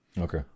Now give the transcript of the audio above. Okay